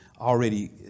already